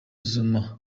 zuma